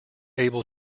able